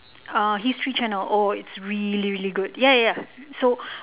uh history channel oh it's really really good ya ya so